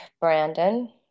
Brandon